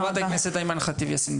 חברת הכנסת אימאן ח'טיב יאסין.